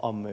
om